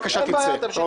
בבקשה תצא.